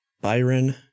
Byron